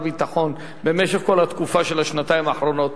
ביטחון במשך כל התקופה של השנתיים האחרונות.